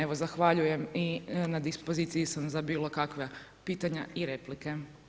Evo zahvaljujem i na dispoziciji sam za bilo kakva pitanja i replike.